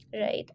right